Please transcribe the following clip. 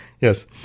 Yes